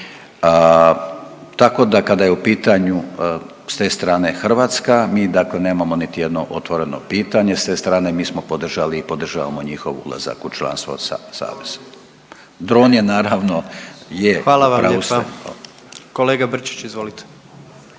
tako da kada je u pitanju s te strane Hrvatske mi dakle nemamo niti jedno otvoreno pitanje, s te strane mi smo podržali i podržavamo njihov ulazak u članstvo sa savezom. Dron je naravno, je u pravu ste…/Upadica: Hvala